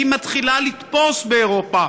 מתחילה לתפוס באירופה,